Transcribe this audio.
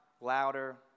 louder